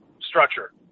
structure